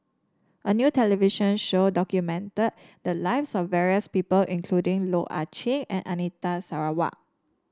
a new television show documented the lives of various people including Loh Ah Chee and Anita Sarawak